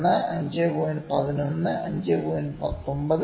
1 5